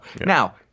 Now